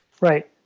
Right